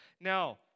Now